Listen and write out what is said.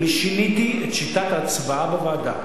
שיניתי את שיטת ההצבעה בוועדה.